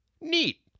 Neat